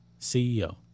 CEO